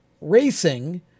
racing